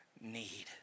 need